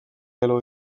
elu